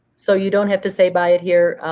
so you don't have to say by it here.